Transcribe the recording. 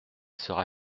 sera